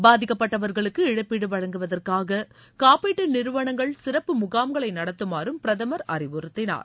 பாதிக்கப்பட்டவர்களுக்கு இழப்பீடு வழங்குவதற்காக காப்பீட்டு நிறுவனங்கள் சிறப்பு முகாம்களை நடத்துமாறும் பிரதமர் அறிவுறுத்தினார்